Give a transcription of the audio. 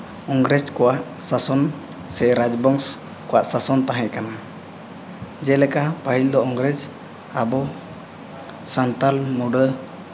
ᱤᱝᱨᱮᱹᱡᱽ ᱠᱚᱣᱟᱜ ᱥᱟᱥᱚᱱ ᱥᱮ ᱨᱟᱡᱽᱵᱚᱝᱥ ᱠᱚᱣᱟᱜ ᱥᱟᱥᱚᱱ ᱛᱟᱦᱮᱸᱠᱟᱱᱟ ᱡᱮᱞᱮᱠᱟ ᱯᱟᱹᱦᱤᱞ ᱫᱚ ᱤᱝᱨᱮᱹᱡᱽ ᱟᱵᱚ ᱥᱟᱱᱛᱟᱞ ᱢᱩᱰᱟᱹ